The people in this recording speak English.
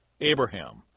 Abraham